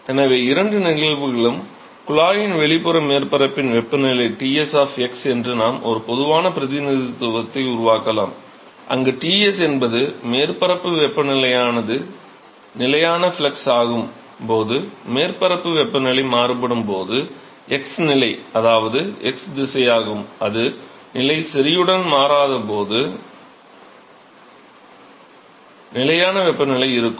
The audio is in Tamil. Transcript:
எனவே இரண்டு நிகழ்வுகளுக்கும் குழாயின் வெளிப்புற மேற்பரப்பின் வெப்பநிலை Ts என்று நாம் ஒரு பொதுவான பிரதிநிதித்துவத்தை உருவாக்கலாம் அங்கு Ts என்பது மேற்பரப்பு வெப்பநிலையானது நிலையான ஃப்ளக்ஸ் ஆகும் போது மேற்பரப்பு வெப்பநிலை மாறுபடும் போது x நிலை அதாவது இது x திசையாகும் அது நிலை மாறாத போது நிலையான வெப்பநிலையாக இருக்கும்